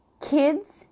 Kids